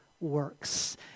works